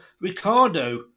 Ricardo